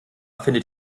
findet